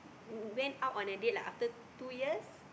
went out on a date like after two years